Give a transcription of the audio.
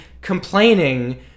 complaining